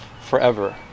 forever